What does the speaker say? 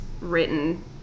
written